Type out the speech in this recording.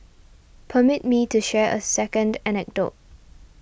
permit me to share a second anecdote